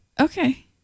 Okay